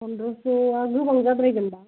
फन्द्रस'आ गोबां जाद्रायगोनदां